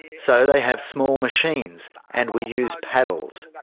so they have small machines and we use paddles.